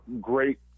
great